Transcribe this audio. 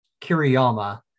Kiriyama